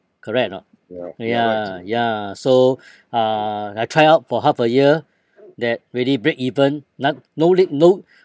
correct or not ya ya so uh I try out for half a year that really break even not~ no need no